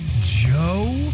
Joe